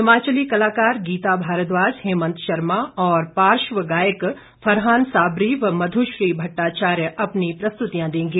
हिमाचली कलाकार गीता भारद्वाज हेमंत शर्मा और पार्श्व गायक फरहान साबरी व मध्श्री भट्टाचार्य अपनी प्रस्तुतियां देंगे